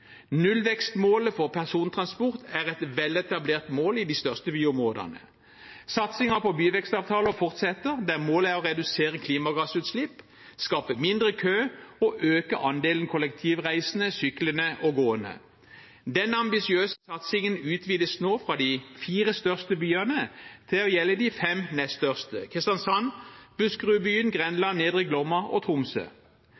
Nullvekstmålet for persontransport er et veletablert mål i de største byområdene. Satsingen på byvekstavtaler fortsetter, der målet er å redusere klimagassutslipp, skape mindre kø og øke andelen kollektivreisende, syklende og gående. Denne ambisiøse satsingen utvides nå fra de fire største byene til å gjelde de fem nest største: Kristiansand, Buskerudbyen,